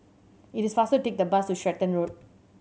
it is faster to take the bus to Stratton Road